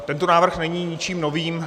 Tento návrh není ničím novým.